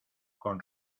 con